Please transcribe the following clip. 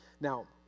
Now